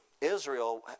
Israel